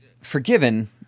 forgiven